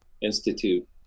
Institute